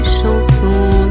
chansons